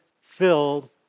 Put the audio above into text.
filled